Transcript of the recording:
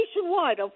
nationwide